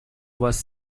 was